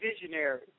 visionary